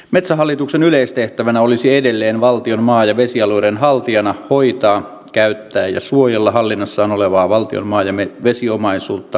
metsähallituksen yleistehtävänä olisi edelleen valtion maa ja vesialueiden haltijana hoitaa käyttää ja suojella hallinnassaan olevaa valtion maa ja vesiomaisuutta kestävästi